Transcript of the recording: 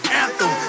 anthem